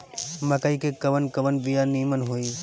मकई के कवन कवन बिया नीमन होई?